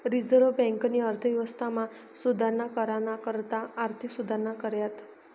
reserve बँकेनी अर्थव्यवस्थामा सुधारणा कराना करता आर्थिक सुधारणा कऱ्यात